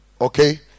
okay